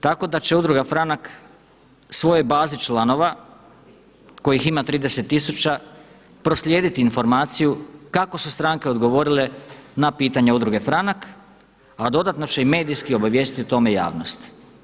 Tako da će udruga FRANAK svoje baze članova kojih ima 30 tisuća proslijediti informaciju kako su stranke odgovorile na pitanja Udruge FRANAK a dodatno će i medijski obavijestiti o tome javnost.